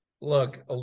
Look